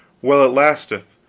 while it lasteth,